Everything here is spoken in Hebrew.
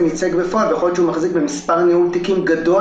ייצג בפועל ויכול להיות שהוא מחזיק במספר ניהול תיקים גדול